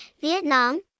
Vietnam